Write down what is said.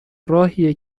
راهیه